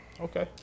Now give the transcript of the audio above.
Okay